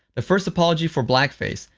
the first apology for blackface.